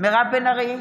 מירב בן ארי,